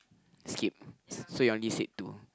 skip so you only said two